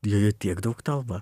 joje tiek daug telpa